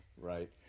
right